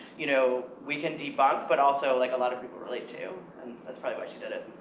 you know, we can debunk, but also like a lot of people relate to, and that's probably why she did it.